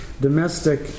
domestic